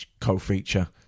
co-feature